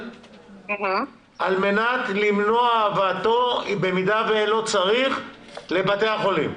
על מנת למנוע הבאתו במידה ולא צריך לבתי החולים.